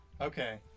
Okay